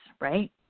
right